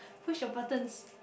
push your buttons